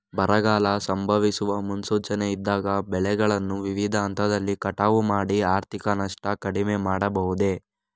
ಬರಗಾಲ ಸಂಭವಿಸುವ ಮುನ್ಸೂಚನೆ ಇದ್ದಾಗ ಬೆಳೆಗಳನ್ನು ವಿವಿಧ ಹಂತದಲ್ಲಿ ಕಟಾವು ಮಾಡಿ ಆರ್ಥಿಕ ನಷ್ಟವನ್ನು ಕಡಿಮೆ ಮಾಡಬಹುದೇ?